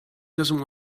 doesn’t